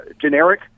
generic